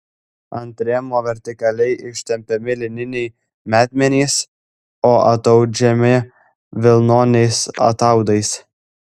ant rėmo vertikaliai ištempiami lininiai metmenys o ataudžiami vilnoniais ataudais